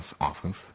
Office